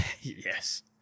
Yes